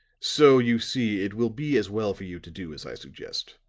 so, you see, it will be as well for you to do as i suggest.